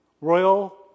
royal